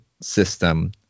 system